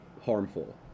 harmful